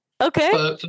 okay